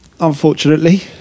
unfortunately